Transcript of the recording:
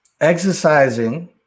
exercising